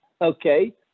okay